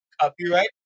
Copyright